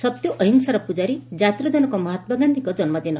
ସତ୍ୟ ଓ ଅହିଂସାର ପୂଜାରୀ କାତିର ଜନକ ମହାତ୍ମା ଗାଧିଙ୍କ ଜନ୍କଦିନ